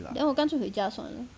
then 我干脆回家就算了